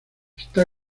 está